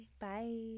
Bye